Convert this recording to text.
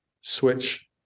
switch